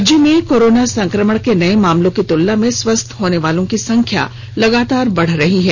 राज्य में कोरोना संक्रमण के नए मामलों की तुलना में स्वस्थ होनेवालों की संख्या लगातार बढ़ रही है